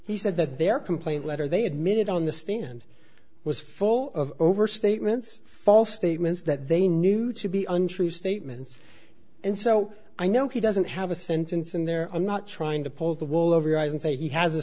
he said that their complaint letter they admitted on the stand was full of over statements false statements that they knew to be untrue statements and so i know he doesn't have a sentence in there i'm not trying to pull the wool over your eyes and say he has a